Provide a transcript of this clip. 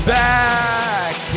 back